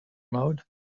mode